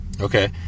Okay